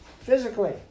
physically